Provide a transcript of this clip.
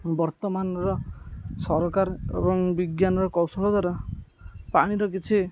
ବର୍ତ୍ତମାନର ସରକାର ଏବଂ ବିଜ୍ଞାନର କୌଶଳ ଦ୍ୱାରା ପାଣିର କିଛି